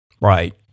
Right